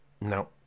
No